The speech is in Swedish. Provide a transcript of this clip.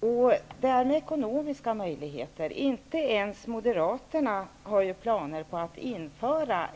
Beträffande ekonomiska möjligheter vill jag säga att inte ens moderaterna har planer på att införa